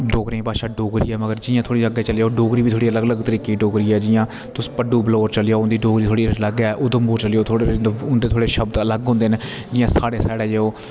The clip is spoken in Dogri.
डोगरे भाशा डोगरी ऐ मगर जियां थोह्ड़ी अग्गे चली जाओ डोगरी बी थोह्ड़ी अलग अलग तरीके दी डोगरी ऐ उन जियां तुस पड्डू ब्लोर चली जाओ उंदी डोगरी थोह्ड़ी अलग ऐ उदमपुर चली जाओ उंदे थोह्ड़े शब्द अलग होंदे न जियां साढ़े साढ़े जाओ